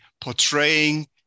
portraying